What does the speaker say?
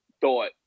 thought